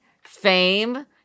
fame